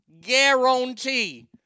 guarantee